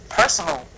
personal